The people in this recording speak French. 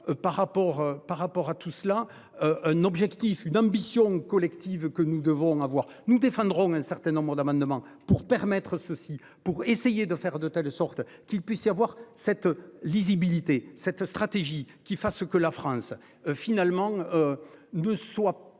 par rapport à tout cela. Un objectif, une ambition collective que nous devons avoir, nous défendrons un certain nombres d'amendements pour permettre, ceci pour essayer de faire de telle sorte qu'il puisse y avoir cette lisibilité, cette stratégie qui fasse ce que la France finalement. Ne soit ne